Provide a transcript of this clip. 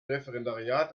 referendariat